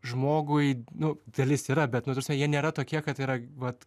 žmogui nu dalis yra bet nu ta prasme jie nėra tokie kad yra vat